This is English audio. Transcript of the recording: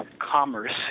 commerce